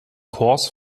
kurs